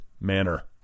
Manner